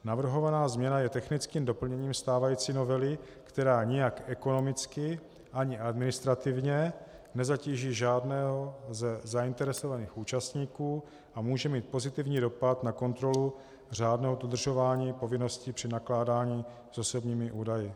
Navrhovaná změna je technickým doplněním stávající novely, která nijak ekonomicky ani administrativně nezatíží žádného ze zainteresovaných účastníků a může mít pozitivní dopad na kontrolu řádného dodržování povinností při nakládání s osobním údaji.